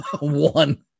one